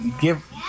give